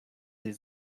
sie